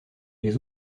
les